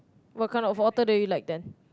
what kind of author do you like then